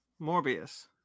Morbius